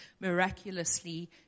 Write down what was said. miraculously